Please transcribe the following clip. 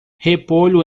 repolho